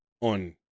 on